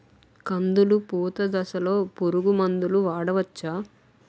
కందులు పూత దశలో పురుగు మందులు వాడవచ్చా?